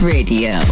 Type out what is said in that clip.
Radio